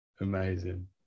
Amazing